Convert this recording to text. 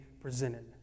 presented